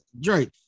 Drake